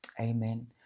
amen